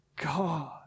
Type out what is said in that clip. God